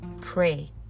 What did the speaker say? Pray